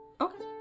Okay